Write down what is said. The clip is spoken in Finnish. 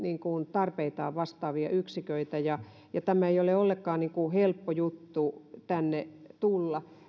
tarpeitaan vastaavia yksiköitä ja ja ei ole ollenkaan helppo juttu tänne tulla